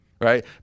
right